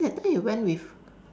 that time you went you went with